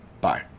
Bye